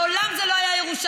מעולם זה לא היה ירושלים.